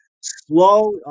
slow